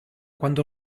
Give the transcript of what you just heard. quando